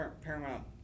Paramount